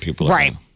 Right